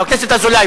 חבר הכנסת אזולאי,